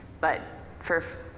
but for,